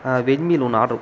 ஆ வென்னில் ஒன்று ஆர்ட்ரு